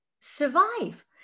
survive